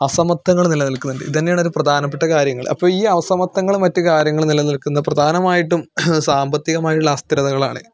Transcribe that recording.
അസമത്വങ്ങൾ നിലനിൽക്കുന്നുണ്ട് ഇതു തന്നെയാണ് ഒരു പ്രധാനപ്പെട്ട കാര്യങ്ങൾ അപ്പം ഈ അസമത്വങ്ങളും മറ്റു കാര്യങ്ങളും നിലനിൽക്കുന്ന പ്രധാനമായിട്ടും സാമ്പത്തികമായിട്ടുള്ള അസ്ഥിരതകളാണ്